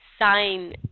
sign